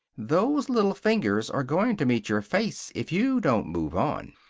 those little fingers are going to meet your face if you don't move on.